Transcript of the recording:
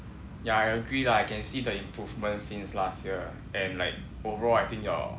ya I agree lah I can see the improvement since last year and like overall I think your